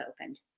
opened